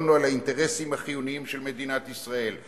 ועל האינטרסים החיוניים של מדינת ישראל"?